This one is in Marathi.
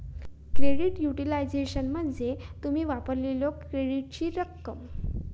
क्रेडिट युटिलायझेशन म्हणजे तुम्ही वापरलेल्यो क्रेडिटची रक्कम